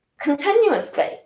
continuously